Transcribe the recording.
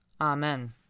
Amen